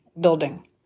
building